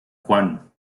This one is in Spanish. juan